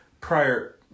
prior